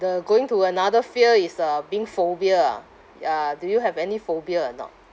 the going to another fear is uh being phobia ah uh do you have any phobia or not